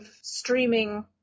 streaming